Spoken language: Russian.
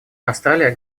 австралия